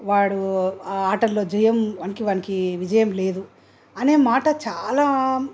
వాడు ఆటల్లో జయం వానికి వానికి విజయం లేదు అనే మాట చాలా